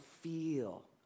feel